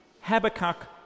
Habakkuk